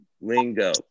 lingo